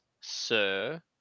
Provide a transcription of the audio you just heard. sir